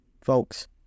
Folks